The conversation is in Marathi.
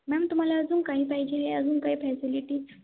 मॅम तुम्हाला अजून काही पाहिजे आहे अजून काही फॅसिलिटीज